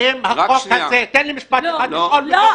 תן לי משפט אחד --- לא.